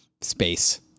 space